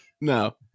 No